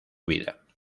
vida